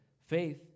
faith